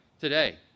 today